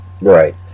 right